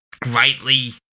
greatly